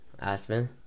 Aspen